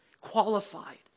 qualified